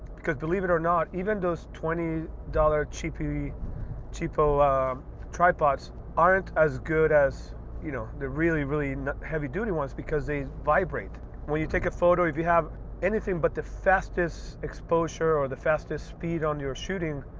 because believe it or not even those twenty dollars cheapy cheapo tripods aren't as good as you know the really really heavy duty ones because they vibrate when you take a photo if you have anything but the fastest exposure or the fastest speed on your shooting,